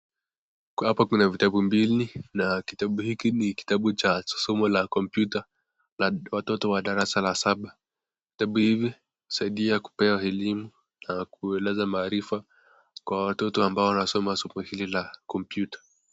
Hapa kuna vitabu mbili na kitabu hiki ni kitabu cha somo la kompyuta na watoto wa darasa la saba vitabu hivi husaidia kupewa elimu na kueleza maarifa kwa watoto ambao wanasoma somo hili la kompyuta.